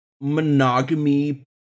monogamy